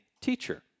Teacher